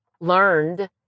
learned